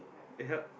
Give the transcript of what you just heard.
eh help